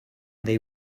they